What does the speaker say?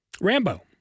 Rambo